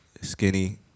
skinny